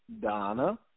Donna